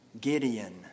Gideon